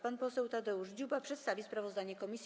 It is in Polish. Pan poseł Tadeusz Dziuba przedstawi sprawozdanie komisji.